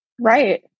Right